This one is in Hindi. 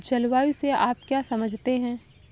जलवायु से आप क्या समझते हैं?